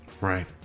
Right